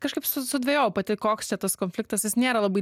kažkaip su sudvejojau pati koks čia tas konfliktas jis nėra labai